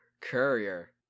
courier